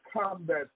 combat